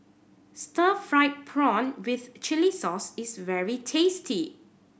stir fried prawn with chili sauce is very tasty